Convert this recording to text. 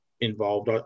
involved